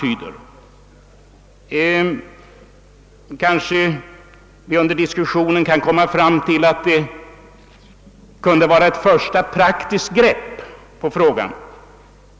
Kanske vi under diskussionen kan komma fram till att det kan vara ett första praktiskt grepp på frågan.